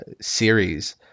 series